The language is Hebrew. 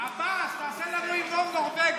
עבאס, תעשה לנו המנון נורבגי.